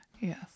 Yes